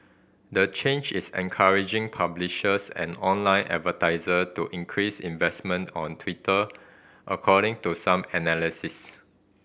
the change is encouraging publishers and online advertiser to increase investment on Twitter according to some analysis